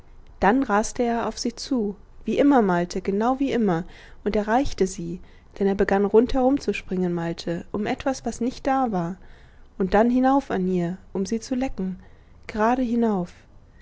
dann raste er auf sie zu wie immer malte genau wie immer und erreichte sie denn er begann rund herum zu springen malte um etwas was nicht da war und dann hinauf an ihr um sie zu lecken gerade hinauf